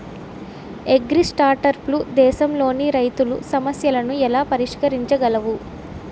అగ్రిస్టార్టప్లు దేశంలోని రైతుల సమస్యలను ఎలా పరిష్కరించగలవు?